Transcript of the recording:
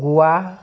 गवा